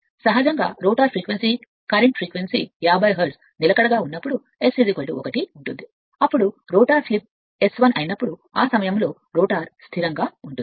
కాబట్టి సహజంగా rotor frequency current frequency 50 hertz నిలిచి పోయిన S 1 వద్ద ఉంటుంది అప్పుడు రోటర్ స్థిరమైన స్లిప్ S1 అయినప్పుడు ఆ సమయంలో రోటరీ స్థిరంగా ఉంటుంది